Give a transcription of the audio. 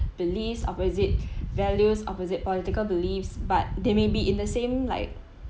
beliefs opposite values opposite political beliefs but they may be in the same like